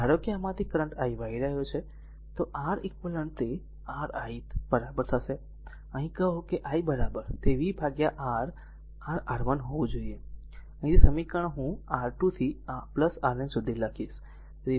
અને ધારો કે આમાંથી કરંટ i વહી રહ્યો છે તો r R eq તે r i છે અહીં કહો i તે v r R1 હોવું જોઈએ અહીં ગમે તે સમીકરણ હું R2 થી Rn સુધી લખીશ